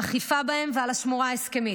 על אכיפה בהם ועל השמורה ההסכמית,